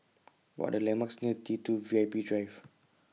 What Are The landmarks near T two V I P Drive